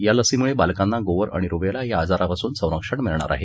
या लसीमुळे बालकांना गोवर आणि रुबेला या आजारापासून संरक्षण मिळणार आहे